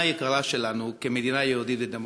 היקרה שלנו כמדינה יהודית ודמוקרטית.